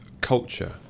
culture